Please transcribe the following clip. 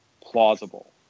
plausible